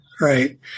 Right